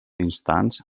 instants